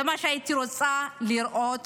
זה מה שהייתי רוצה לראות.